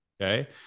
okay